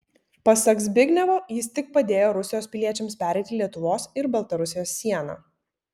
pasak zbignevo jis tik padėjo rusijos piliečiams pereiti lietuvos ir baltarusijos sieną